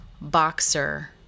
boxer